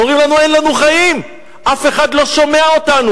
אומרים לנו, אין לנו חיים, אף אחד לא שומע אותנו.